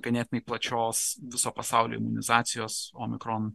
ganėtinai plačios viso pasaulio imunizacijos omikron